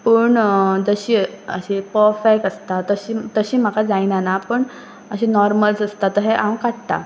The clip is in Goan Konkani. पूण जशे अशे परफेक्ट आसता तशी तशी म्हाका जायनाना ना पूण अशे नॉर्मल्स आसता तशें हांव काडटां